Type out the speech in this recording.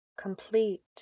complete